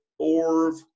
Orv